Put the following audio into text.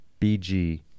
BG